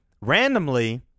randomly